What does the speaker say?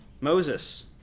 Moses